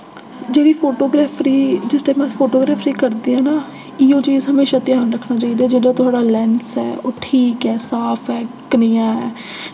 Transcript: जेह्ड़ी फोटोग्राफ्री जिस टाइम अस फोटोग्राफ्री करदे ऐं ना इय्यो चीज हमेशा ध्यान रक्खना चाहिदा जेह्ड़ा थोआड़ा लैंस ऐ ओह् ठीक ऐ साफ ऐ कनेआ ऐ